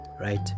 right